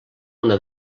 una